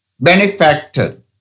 Benefactor